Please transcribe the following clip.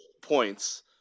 points